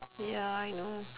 ya I know